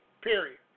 period